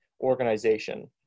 organization